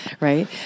right